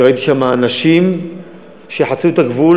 ראיתי שם אנשים שחצו את הגבול